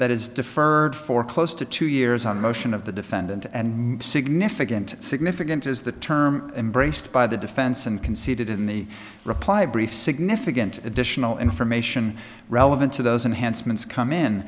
that is deferred for close to two years on the motion of the defendant and significant significant is the term embraced by the defense and conceded in the reply brief significant additional information relevant to those